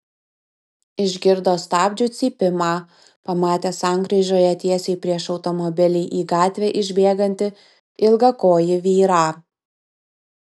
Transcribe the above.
išgirdo stabdžių cypimą pamatė sankryžoje tiesiai prieš automobilį į gatvę išbėgantį ilgakojį vyrą